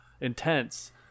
intense